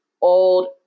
old